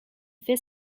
fait